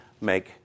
make